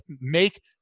make